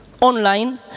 online